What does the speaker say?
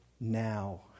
now